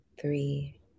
three